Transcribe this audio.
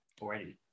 already